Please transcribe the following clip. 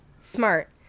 Smart